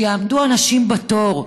שיעמדו אנשים בתור.